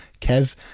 Kev